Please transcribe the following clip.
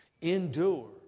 Endure